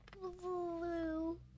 blue